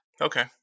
Okay